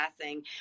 passing